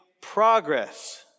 progress